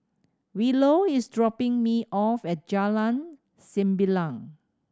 Willow is dropping me off at Jalan Sembilang